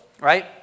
right